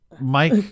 Mike